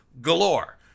galore